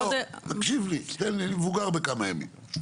תקשיב לי, תן לי אני מבוגר בכמה ימים.